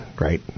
right